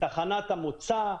תחנת המוצא,